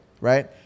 Right